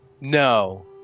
no